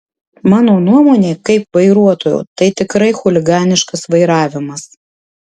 mano nuomonė kaip vairuotojo tai tikrai chuliganiškas vairavimas